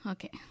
Okay